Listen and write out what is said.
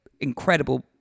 Incredible